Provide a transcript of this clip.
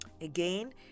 Again